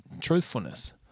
truthfulness